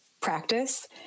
practice